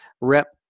Rep